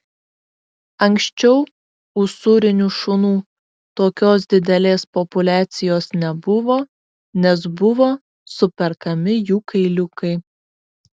anksčiau usūrinių šunų tokios didelės populiacijos nebuvo nes buvo superkami jų kailiukai